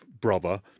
brother